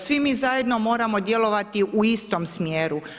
Svi mi zajedno moramo djelovati u istom smjeru.